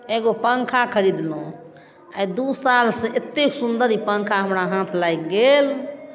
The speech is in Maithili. एगो पंखा खरीदलहुँ आइ दू सालसँ एतेक सुन्दर ई पंखा हमर हाथ लागि गेल